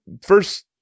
first